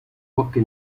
bosque